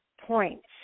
points